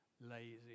lazy